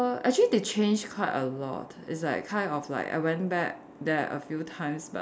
err actually they change quite a lot it's like kind of like I went back there a few times but